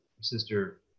sister